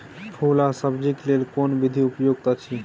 फूल आ सब्जीक लेल कोन विधी उपयुक्त अछि?